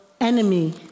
enemy